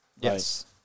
Yes